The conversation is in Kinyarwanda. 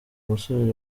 gusubira